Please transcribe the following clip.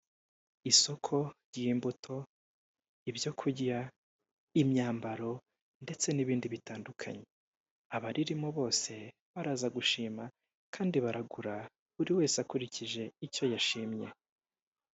Isoko ry'imbuto, ibyo kurya, imyambaro ndetse n'ibindi bitandukanye. Abaririmo bose baraza gushima kandi baragura buri wese akurikije icyo yashimye.